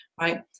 right